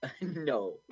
No